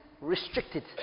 restricted